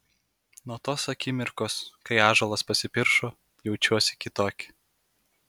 nuo tos akimirkos kai ąžuolas pasipiršo jaučiuosi kitokia